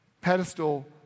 pedestal